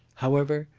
however,